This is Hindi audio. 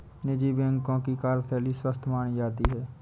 निजी बैंकों की कार्यशैली स्वस्थ मानी जाती है